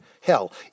Hell